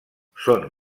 són